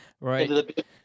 right